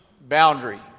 boundary